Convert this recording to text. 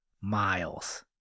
miles